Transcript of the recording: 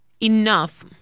enough